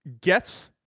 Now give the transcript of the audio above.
Guess